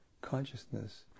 consciousness